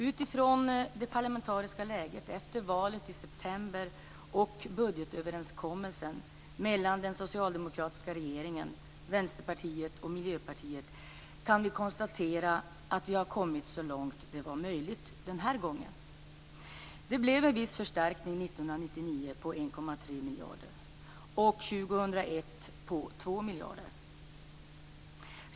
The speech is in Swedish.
Utifrån det parlamentariska läget efter valet i september och budgetöverenskommelsen mellan den socialdemokratiska regeringen, Vänsterpartiet och Miljöpartiet kan vi konstatera att vi har kommit så långt det var möjligt den här gången. Det blev en viss förstärkning 1999 på 1,3 miljarder och 2001 på 2 miljarder.